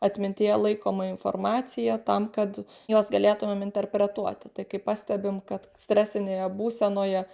atmintyje laikoma informacija tam kad juos galėtumėm interpretuoti tai kaip pastebim kad stresinėje būsenoje